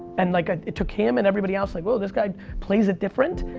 and like ah it took him and everybody else like whoa, this guy plays it different,